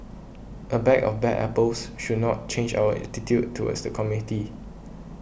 a bag of bad apples should not change our attitude towards the community